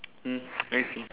mm I see